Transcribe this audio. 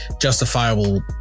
justifiable